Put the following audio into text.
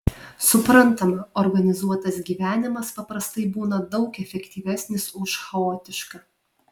suprantama organizuotas gyvenimas paprastai būna daug efektyvesnis už chaotišką